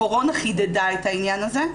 הקורונה חידדה את העניין הזה.